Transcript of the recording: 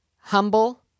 humble